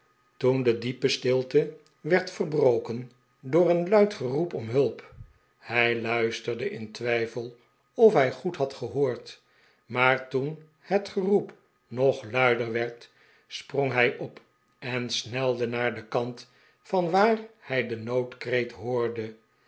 toen de diepe stilte werd verbroken door een luid geroep om hulp hij iuisterde in twijfel of hij goed had gehoord maar toen het geroep nog luider werd sprong hij op en snelde naar den kant vanwaar hij den noodkreet hoorde